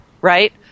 right